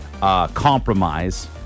compromise